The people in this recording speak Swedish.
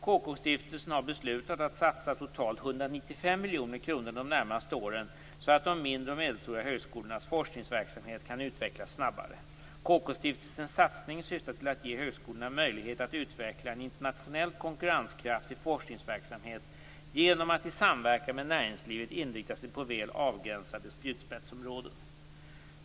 KK-stiftelsen har beslutat att satsa totalt 195 miljoner kronor de närmaste åren så att de mindre och medelstora högskolornas forskningsverksamhet kan utvecklas snabbare. KK stiftelsens satsning syftar till att ge högskolorna möjlighet att utveckla en internationellt konkurrenskraftig forskningsverksamhet genom att i samverkan med näringslivet inrikta sig på väl avgränsade spjutspetsområden.